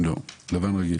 לא לבן רגיל.